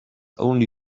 only